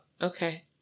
okay